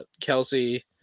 Kelsey